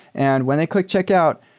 and when they click checkout,